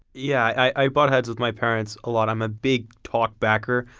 yeah. i butt heads with my parents a lot. i'm a big talk-backer.